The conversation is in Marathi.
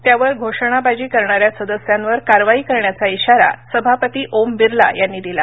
त्यावर घोषणाबाजी करणाऱ्या सदस्यांवर कारवाई करण्याचा इशारा सभापती ओम बिर्ला यांनी दिला